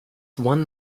one